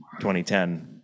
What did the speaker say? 2010